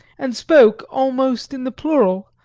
and spoke almost in the plural,